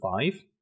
five